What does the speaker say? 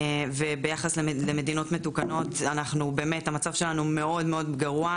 וביחס למדינות מתוקנות המצב שלנו מאוד-מאוד גרוע,